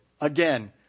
again